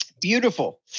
Beautiful